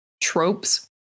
tropes